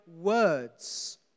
words